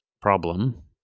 problem